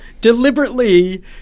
Deliberately